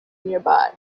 nearby